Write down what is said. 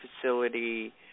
facility